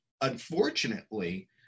unfortunately